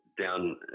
down